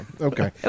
okay